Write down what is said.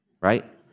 right